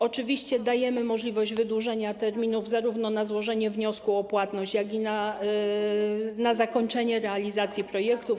Oczywiście dajemy możliwość wydłużenia terminów zarówno na złożenie wniosku o płatność, jak i na zakończenie realizacji projektów.